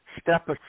step